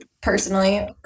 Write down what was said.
personally